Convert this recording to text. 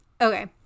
okay